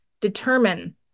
determine